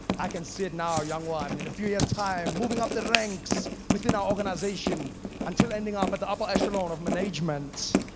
i can see it now young one, in a few years time moving up the ranks within our organization until ending up at the upper end you know and of management.